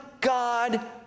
God